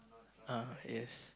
ah yes